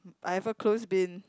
I have a close bin